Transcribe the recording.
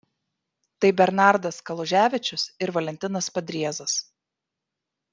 tai bernardas kaluževičius ir valentinas padriezas